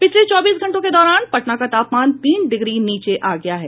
पिछले चौबीस घंटों के दौरान पटना का तापमान तीन डिग्री नीचे आ गया है